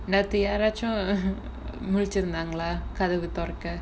நேத்து யாராச்சும் முளிச்சிருந்தான்களா கதவு தொறக்க:nethu yaaraachum mulichirunthaangalaa kathavu thorakka